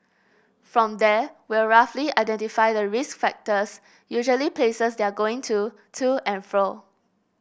from there we'll roughly identify the risk factors usually places they're going to to and fro